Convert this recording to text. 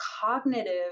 cognitive